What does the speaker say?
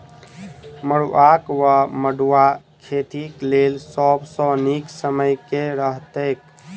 मरुआक वा मड़ुआ खेतीक लेल सब सऽ नीक समय केँ रहतैक?